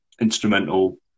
instrumental